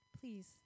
please